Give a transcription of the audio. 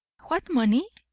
what money?